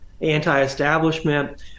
anti-establishment